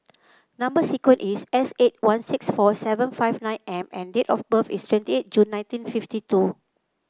number sequence is S eight one six four seven five nine M and date of birth is twenty eight June nineteen fifty two